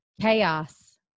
Chaos